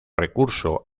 recurso